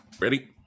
Ready